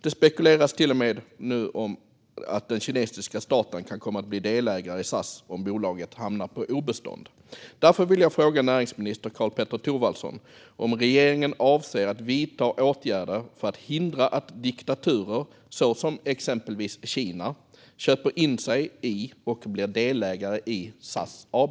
Det spekuleras nu till och med om att den kinesiska staten kan komma att bli delägare i SAS om bolaget hamnar på obestånd. Därför vill jag fråga näringsminister Karl-Petter Thorwaldsson om regeringen avser att vidta åtgärder för att hindra att diktaturer, till exempel Kina, köper in sig i och blir delägare i SAS AB?